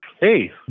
Hey